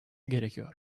gerekiyor